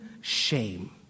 shame